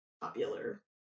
popular